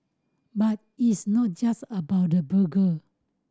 but it's not just about the burger